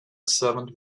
servant